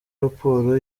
raporo